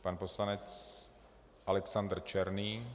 Pan poslanec Alexander Černý.